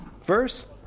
First